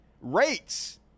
rates